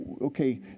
okay